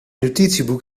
notitieboek